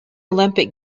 olympic